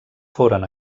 foren